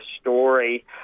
story